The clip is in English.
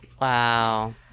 Wow